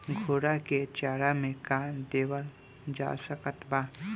घोड़ा के चारा मे का देवल जा सकत बा?